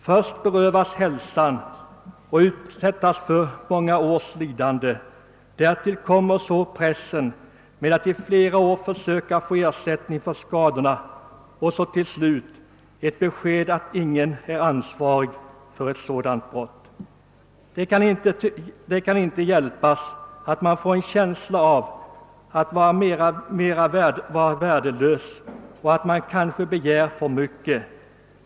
Först berövas hälsan, , därtill kommer så pressen med att i flera år försöka få ersättning för skadorna, och så till slut ett besked att ingen är ansvarig för ett sådant brott. Det kan inte hjälpas att man får en känsla av att vara värdelös, och att man kanske begär för mycket.